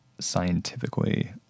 scientifically